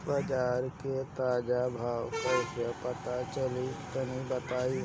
बाजार के ताजा भाव कैसे पता चली तनी बताई?